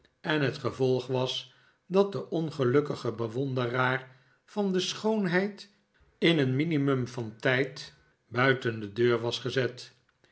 en net gevolg was dat de ongelukkige bewonderaar van de schoonheid in een minimum van tijd buiten de deur was gezet